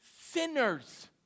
sinners